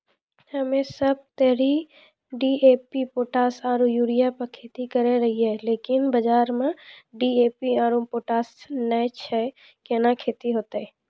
हम्मे सब ते डी.ए.पी पोटास आरु यूरिया पे खेती करे रहियै लेकिन बाजार मे डी.ए.पी आरु पोटास नैय छैय कैना खेती होते?